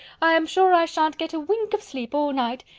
i am sure i shan't get a wink of sleep all night.